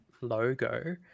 logo